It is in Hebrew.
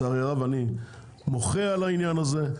ואני מוחה על העניין הזה,